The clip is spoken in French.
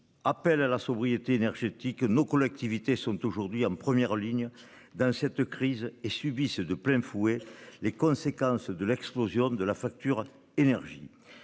Appel à la sobriété énergétique nos collectivités sont aujourd'hui en première ligne dans cette crise et subissent de plein fouet les conséquences de l'explosion de la facture. Énergie.